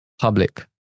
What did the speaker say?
public